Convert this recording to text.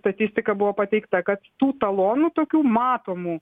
statistika buvo pateikta kad tų talonų tokių matomų